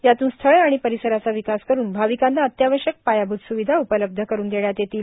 यातून स्थळ आणि परिसराचा विकास करून भाविकांना अत्यावश्यक पायाभुत सुविधा उपलब्ध करून देण्यात येतील